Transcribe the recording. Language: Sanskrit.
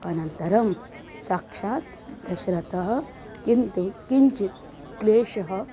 अनन्तरं साक्षात् दशरथः किन्तु किञ्चित् क्लेशः